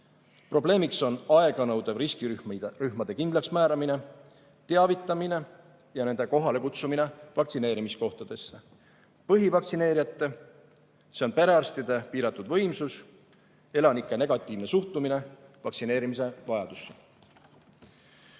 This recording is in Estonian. probleemiks on aeganõudev riskirühmade kindlaksmääramine, teavitamine ja nende kohalekutsumine vaktsineerimiskohtadesse, põhivaktsineerijate, s.o perearstide piiratud võimsus, elanike negatiivne suhtumine vaktsineerimise vajadusse.